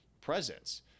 presence